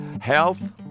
Health